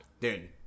Dude